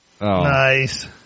Nice